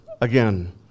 again